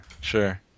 sure